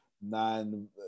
nine